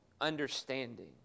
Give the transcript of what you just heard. understanding